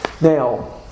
Now